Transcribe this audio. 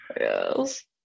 Yes